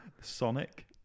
sonic